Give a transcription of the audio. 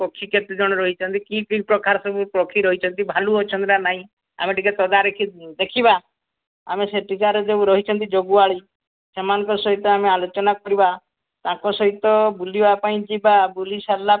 ପକ୍ଷୀ କେତେ ଜଣ ରହିଛନ୍ତି କି କି ପ୍ରକାର ସବୁ ପକ୍ଷୀ ରହିଛନ୍ତି ଭାଲୁ ଅଛନ୍ତି ନା ନାହିଁ ଆମେ ଟିକିଏ ତଦାରଖ ଦେଖିବା ଆମେ ସେଠିକାର ଯେଉଁ ରହିଛନ୍ତି ଜଗୁଆଳି ସେମାନଙ୍କ ସହିତ ଆମେ ଆଲୋଚନା କରିବା ତାଙ୍କ ସହିତ ବୁଲିବା ପାଇଁ ଯିବା ବୁଲି ସାରିଲାପରେ